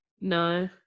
No